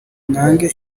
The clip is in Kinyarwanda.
mwange